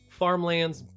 farmlands